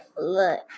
Look